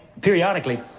periodically